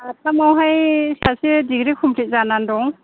साथामावहाय सासे degree complete जानानै दं